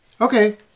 Okay